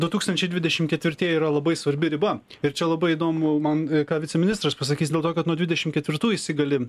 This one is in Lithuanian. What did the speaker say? du tūkstančiai dvidešim ketvirtieji yra labai svarbi riba ir čia labai įdomu man ką viceministras pasakys dėl to kad nuo dvidešim ketvirtų įsigali